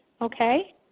Okay